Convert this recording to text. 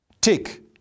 Tick